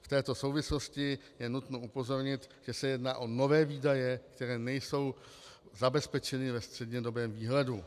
V této souvislosti je nutno upozornit, že se jedná o nové výdaje, které nejsou zabezpečeny ve střednědobém výhledu.